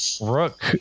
Rook